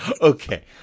Okay